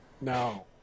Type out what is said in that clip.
No